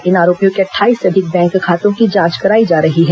इन आरोपियों के अट्ठाईस से अधिक बैंक खातों की जांच कराई जा रही है